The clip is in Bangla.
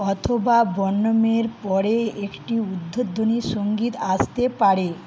অথবা বর্ণমের পরে একটি উদ্বোধনী সঙ্গীত আসতে পারে